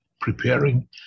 preparing